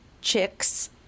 chicks